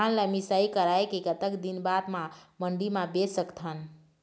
धान ला मिसाई कराए के कतक दिन बाद मा मंडी मा बेच सकथन?